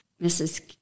Mrs